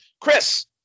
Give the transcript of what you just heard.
chris